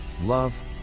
love